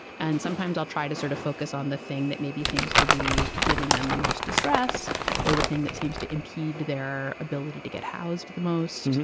and sometimes i'll try to sort of focus on the thing that maybe seems to be giving them the most distress or the thing that seems to impede their ability to get housed the most.